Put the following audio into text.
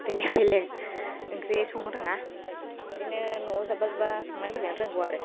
बेलेग बेलेग ओंख्रि संनो रोङा बिदिनो न'आव जाब्बा जुब्बा संनायफोरखौनो रोंगौ आरो